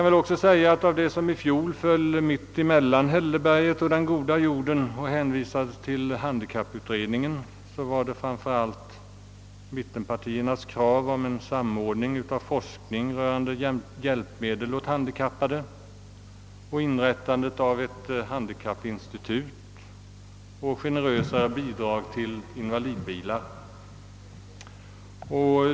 Bland det som i fjol föll mitt emellan hälleberget och den goda jorden och hänvisades till handikapputredningen återfinns framför allt mittenpartiernas krav på en samordning av forskning rörande hjälpmedel åt handikappade, inrättande av ett handikappinstitut och generösare bidrag till invalidbilar.